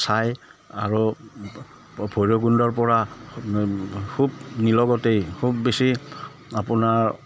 চাই আৰু ভৈৰৱকুণ্ডৰ পৰা খুব নিলগতেই খুব বেছি আপোনাৰ